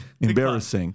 Embarrassing